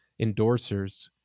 endorsers